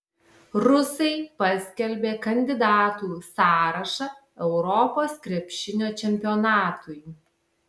rusai paskelbė kandidatų sąrašą europos krepšinio čempionatui